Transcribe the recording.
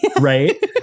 right